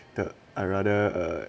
the I rather err